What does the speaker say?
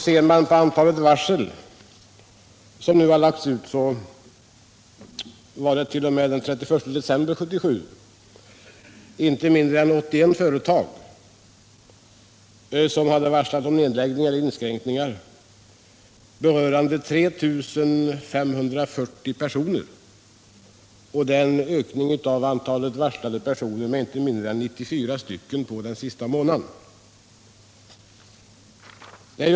Ser man på antalet varsel som nu lagts ut finner man att det t.o.m. den 31 december 1977 var inte mindre än 81 företag som varslat om nedläggningar eller inskränkningar berörande 3 540 personer. Det är en ökning av antalet varslade personer med inte mindre än 94 på den senaste månaden.